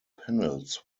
panels